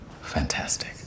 fantastic